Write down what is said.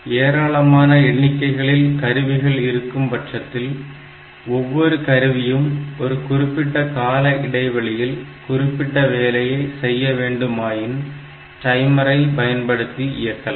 ஏராளமான எண்ணிக்கைகளில் கருவிகள் இருக்கும் பட்சத்தில் ஒவ்வொரு கருவியும் ஒரு குறிப்பிட்ட கால இடைவெளியில் குறிப்பிட்ட வேலையை செய்ய வேண்டுமாயின் டைமரை பயன்படுத்தி இயக்கலாம்